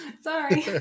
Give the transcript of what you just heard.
Sorry